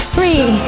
Three